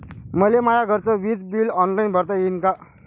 मले माया घरचे विज बिल ऑनलाईन भरता येईन का?